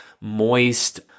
moist